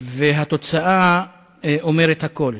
והתוצאה אומרת הכול.